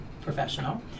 professional